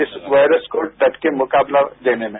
इस वायरस को डट का मुकाबला देने में